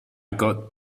got